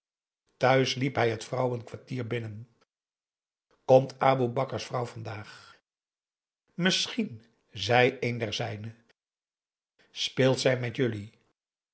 thuis liep hij t vrouwenkwartier binnen komt aboe bakar's vrouw vandaag misschien zei een der zijne speelt zij met jullie